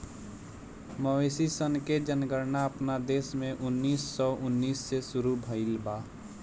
मवेशी सन के जनगणना अपना देश में उन्नीस सौ उन्नीस से शुरू भईल बा